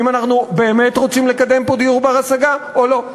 אנחנו באמת רוצים לקדם פה דיור בר-השגה או לא.